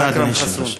תודה, אדוני היושב-ראש.